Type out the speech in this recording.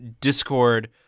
discord